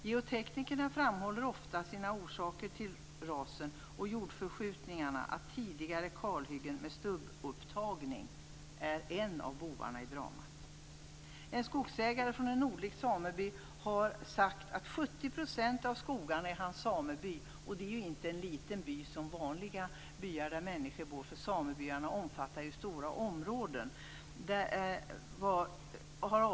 Geoteknikerna framhåller ofta att tidigare kalhyggen med stubbupptagningar är en av orsakerna till rasen och jordförskjutningarna. En skogsägare från en nordlig sameby har sagt att 70 % av skogarna i hans sameby har avverkats. Och det är inte en liten by som vanliga byar där människor bor. Samebyarna omfattar ju stora områden.